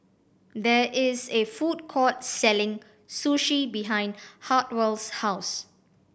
there is a food court selling Sushi behind Hartwell's house